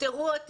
תפתרו את